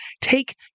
take